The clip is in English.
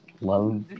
Love